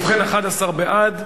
ובכן, 11 בעד,